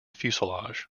fuselage